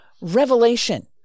revelation